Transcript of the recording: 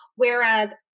Whereas